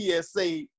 PSA